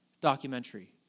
documentary